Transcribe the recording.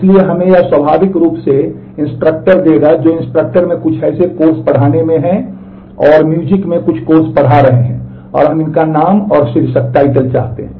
इसलिए यह हमें स्वाभाविक रूप से इंस्ट्रक्टर में कुछ course पढ़ा रहे हैं और हम इनका नाम और शीर्षक चाहते हैं